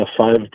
five